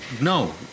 no